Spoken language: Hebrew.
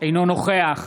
אינו נוכח